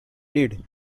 did